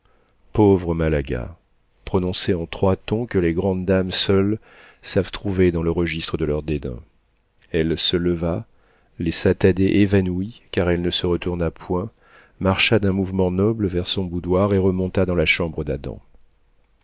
pauvre malaga prononcés en trois tons que les grandes dames seules savent trouver dans le registre de leurs dédains elle se leva laissa thaddée évanoui car elle ne se retourna point marcha d'un mouvement noble vers son boudoir et remonta dans la chambre d'adam